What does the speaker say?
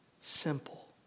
simple